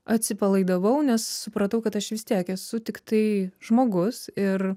atsipalaidavau nes supratau kad aš vis tiek esu tiktai žmogus ir